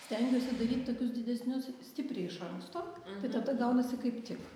stengiuosi daryt tokius didesnius stipriai iš anksto tai tada gaunasi kaip tik